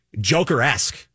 Joker-esque